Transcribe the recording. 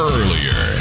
earlier